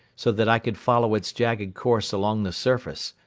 so that i could follow its jagged course along the surface.